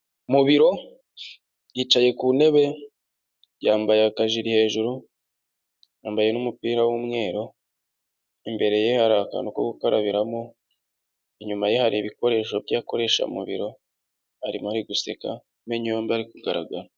Mu biro yicaye ku ntebe yambaye akajiri hejuru, yambaye n'umupira w'umweru, imbere ye hari akantu ko gukarabiramo, inyuma ye hari ibikoresho byo akoresha mu biro arimo guseka amenyo yombi ari kugaragara.